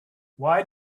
why